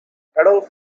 adolf